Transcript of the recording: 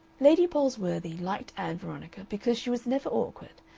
lady palsworthy liked ann veronica because she was never awkward,